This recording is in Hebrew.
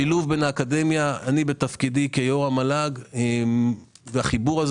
שילוב בין האקדמיה אני בתפקידי כיו"ר המל"ג והחיבור הזה